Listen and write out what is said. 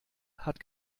hat